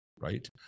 Right